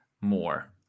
more